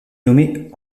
nommé